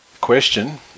Question